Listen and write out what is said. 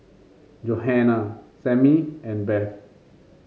Johana Sammy and Beth